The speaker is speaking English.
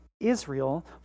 Israel